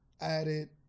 added